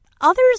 others